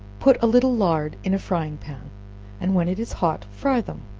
put a little lard in a frying-pan, and when it is hot, fry them.